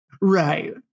Right